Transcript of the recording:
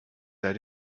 that